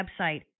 website